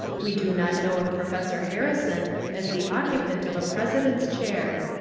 we do not know of professor harrison as the occupant of a president's chair.